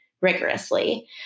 rigorously